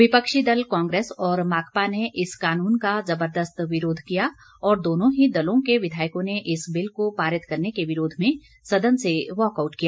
विपक्षी दल कांग्रेस और माकपा ने इस कानून का जबरदस्त विरोध किया और दोनों ही दलों के विधायकों ने इस बिल को पारित करने के विरोध में सदन से वाकआउट किया